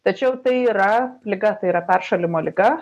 tačiau tai yra liga tai yra peršalimo liga